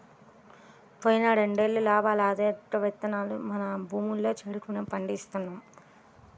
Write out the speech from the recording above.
పోయిన రెండేళ్ళు లాభాలు ఆడాడికే వత్తన్నా మన భూముల్లో చెరుకునే పండిస్తున్నాం